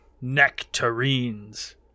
Nectarines